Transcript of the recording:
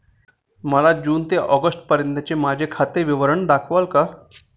मला जून ते ऑगस्टपर्यंतचे माझे खाते विवरण दाखवाल का?